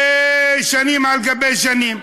זה שנים על גבי שנים.